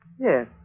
Yes